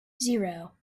zero